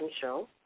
Show